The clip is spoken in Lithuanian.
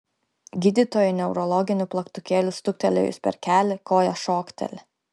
gydytojui neurologiniu plaktukėliu stuktelėjus per kelį koja šokteli